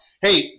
Hey